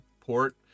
port